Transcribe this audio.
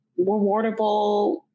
rewardable